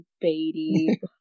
Beatty